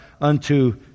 unto